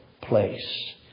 place